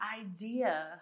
idea